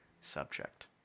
subject